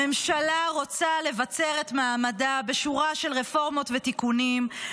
הממשלה רוצה לבצר את מעמדה בשורה של רפורמות ותיקונים,